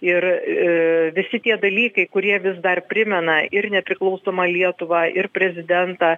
ir visi tie dalykai kurie vis dar primena ir nepriklausomą lietuvą ir prezidentą